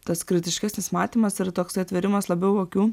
tas kritiškesnis matymas ir toksai atvėrimas labiau akių